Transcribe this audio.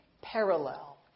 parallel